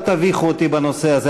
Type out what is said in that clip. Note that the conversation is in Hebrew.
אל תביכו אותי בנושא הזה.